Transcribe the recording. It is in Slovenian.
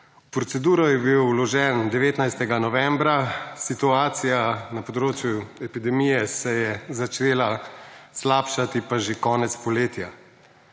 proceduro je bil vložen 19. novembra, situacija na področju epidemije se je začela slabšati pa že konec poletja.